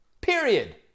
Period